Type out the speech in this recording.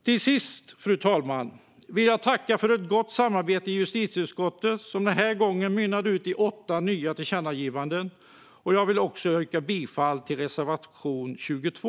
Till sist, fru talman, vill jag tacka för ett gott samarbete i justitieutskottet, som den här gången mynnade ut i åtta nya tillkännagivanden. Jag vill också yrka bifall till reservation 22.